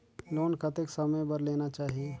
Loan कतेक समय बर लेना चाही?